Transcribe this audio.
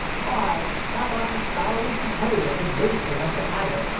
why, thou art as foul as the toad, and as loathsome as the adder.